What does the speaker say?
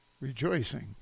rejoicing